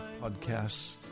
podcasts